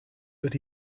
but